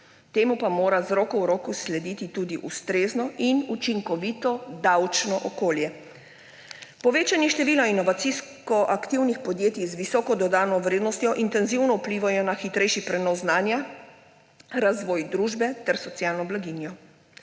temu pa mora z roko v roki slediti tudi ustrezno in učinkovito davčno okolje. Povečanje števila inovacijsko aktivnih podjetij z visoko dodano vrednostjo intenzivno vpliva na hitrejši prenos znanja, razvoj družbe ter socialno blaginjo.